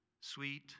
sweet